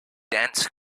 dense